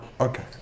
Okay